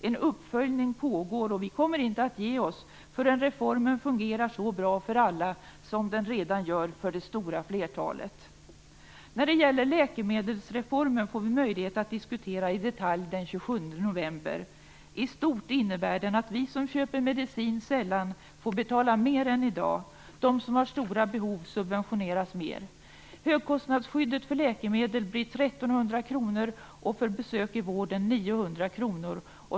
En uppföljning pågår, och vi kommer inte att ge oss förrän reformen fungerar så bra för alla som den redan gör för det stora flertalet. Läkemedelsreformen får vi möjlighet att diskutera i detalj den 27 november. I stort innebär den att vi som köper medicin sällan får betala mer än i dag. De som har stora behov subventioneras mer. Högkostnadsskyddet för läkemedel blir 1 300 kr och för besök i vården 900 kr.